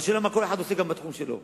השאלה היא מה כל אחד עושה בתחום שלו.